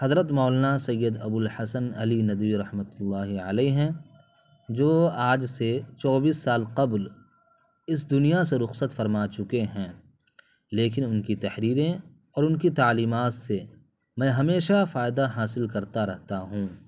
حضرت مولانا سید ابو الحسن علی ندوی رحمۃ اللہ علیہ ہیں جو آج سے چوبیس سال قبل اس دنیا سے رخصت فرما چکے ہیں لیکن ان کی تحریریں اور ان کی تعلیمات سے میں ہمیشہ فائدہ حاصل کرتا رہتا ہوں